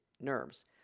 nerves